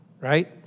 right